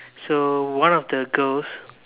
so one of the girls